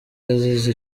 yazize